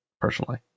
personally